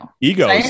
Egos